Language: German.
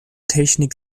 technik